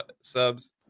subs